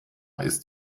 ist